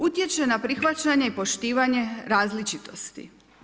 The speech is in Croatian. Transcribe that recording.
Utječe na prihvaćanje i poštivanje različitosti.